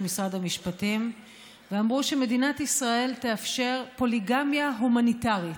משרד המשפטים ואמרו שמדינת ישראל תאפשר פוליגמיה הומניטרית.